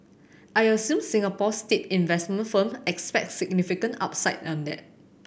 I assume Singapore's state investment firm expects significant upside on that